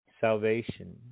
salvation